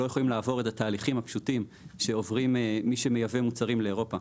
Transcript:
לא יכולים לעבור את התהליכים הפשוטים שעוברים מי שמייבא מוצרים לאירופה.